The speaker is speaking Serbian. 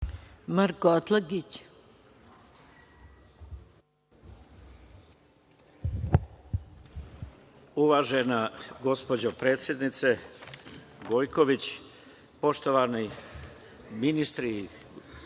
**Marko Atlagić** Uvažena gospođo predsednice, Gojković, poštovani ministri,